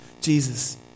Jesus